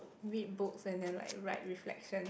read books and then like write reflections